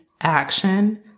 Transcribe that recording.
action